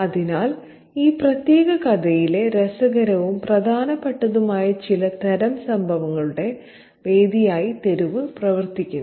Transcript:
അതിനാൽ ഈ പ്രത്യേക കഥയിലെ രസകരവും പ്രധാനപ്പെട്ടതുമായ ചില തരം സംഭവങ്ങളുടെ വേദിയായി തെരുവ് പ്രവർത്തിക്കുന്നു